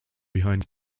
behind